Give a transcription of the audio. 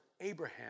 Abraham